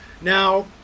Now